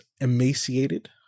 emaciated